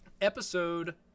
episode